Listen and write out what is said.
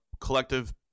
collective